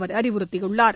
அவர் அறிவுறுத்தியுள்ளார்